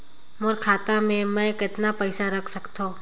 मोर खाता मे मै कतना पइसा रख सख्तो?